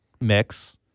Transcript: mix